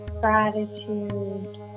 gratitude